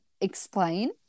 explain